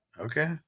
Okay